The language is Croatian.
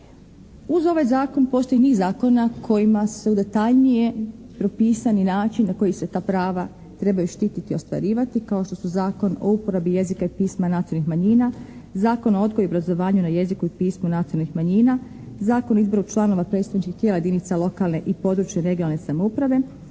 Uz ovaj Zakon postoji niz zakona kojima su detaljnije propisani načini na koji se ta prava trebaju štititi i ostvarivati kao što su Zakon o uporabi jezika i pisma nacionalnih manjina, Zakon o odgoju i obrazovanju na jeziku i pismu nacionalnih manjina, Zakon o izboru članova predstavničkih tijela jedinica lokalne i područne (regionalne) samouprave,